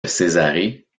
césarée